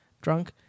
drunk